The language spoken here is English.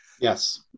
Yes